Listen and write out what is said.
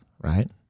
right